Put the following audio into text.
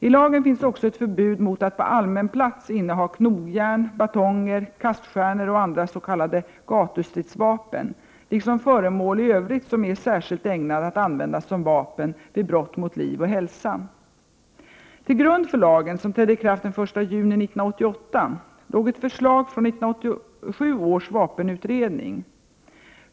I lagen finns också ett förbud mot att på allmän plats inneha knogjärn, batonger, kaststjärnor och andra s.k. gatustridsvapen liksom föremål i övrigt som är särskilt ägnade att användas som vapen vid brott mot liv eller hälsa. Till grund för lagen, som trädde i kraft den 1 juni 1988, låg ett förslag från 1987 års vapenutredning.